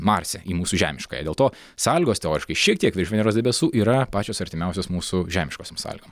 marse į mūsų žemiškąją dėl to sąlygos teoriškai šiek tiek virš veneros debesų yra pačios artimiausios mūsų žemiškosiom sąlygom